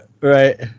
Right